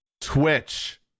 Twitch